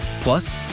plus